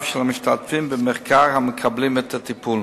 של המשתתפים במחקר המקבלים את הטיפול.